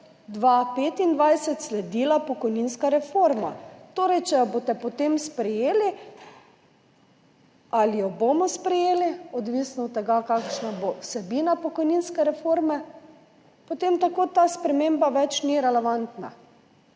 2025 sledila pokojninska reforma. Torej, če jo boste potem sprejeli, ali jo bomo sprejeli, odvisno od tega, kakšna bo vsebina pokojninske reforme, potem tako ta sprememba več ni relevantna